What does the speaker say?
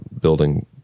building